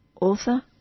author